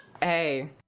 Hey